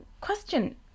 question